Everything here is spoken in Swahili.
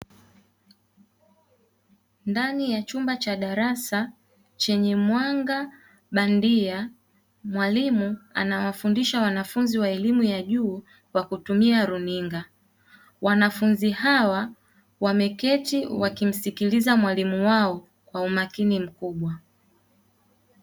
Ndani ya chumba cha darasa chenye mwanga bandia, mwalimu anawafundisha wanafunzi wa elimu ya juu kwa kutumia runinga. Wanafunzi hawa wameketi wakimsikiliza mwalimu wao kwa umakini mkubwa.